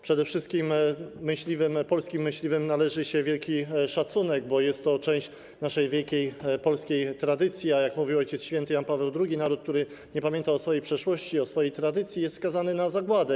Przede wszystkim polskim myśliwym należy się wielki szacunek, bo jest to część naszej wielkiej polskiej tradycji, a jak mówił Ojciec Święty Jan Paweł II, naród, który nie pamięta o swojej przeszłości, o swojej tradycji, jest skazany na zagładę.